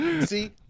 See